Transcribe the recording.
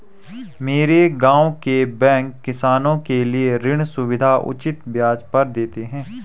मेरे गांव के बैंक किसानों के लिए ऋण सुविधाएं उचित ब्याज पर देते हैं